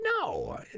no